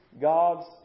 God's